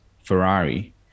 Ferrari